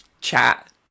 chat